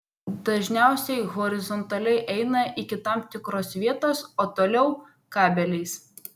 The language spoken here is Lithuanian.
dažniausiai horizontaliai eina iki tam tikros vietos o toliau kabeliais